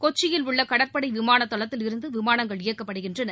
கொச்சியில் உள்ள கடற்படை விமான தளத்திலிருந்து விமானங்கள் இயக்கப்படுகின்றன